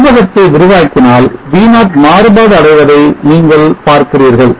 உருவகத்தை விரிவாக்கினால் V0 மாறுபாடு அடைவதை நீங்கள் பார்க்கிறீர்கள்